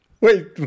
Wait